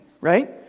right